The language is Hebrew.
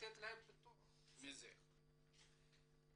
לתת להם פטור מתשלום מזה?